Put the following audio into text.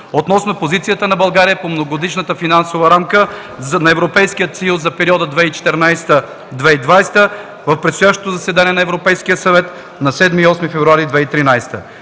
относно позицията на България по Многогодишната финансова рамка на Европейския съюз за периода 2014-2020 г. в предстоящото заседание на Европейския съвет на 7 и 8 февруари 2013